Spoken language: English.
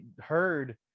heard